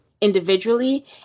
individually